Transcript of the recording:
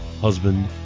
husband